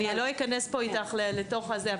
אני לא אכנס איתך לתוך הזה,